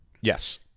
yes